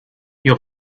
your